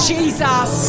Jesus